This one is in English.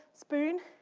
spoon,